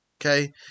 Okay